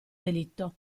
delitto